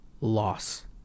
loss